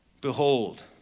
Behold